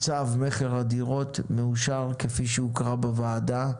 צו מכר הדירות מאושר כפי שהוקרא בוועדה.